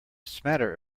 smatter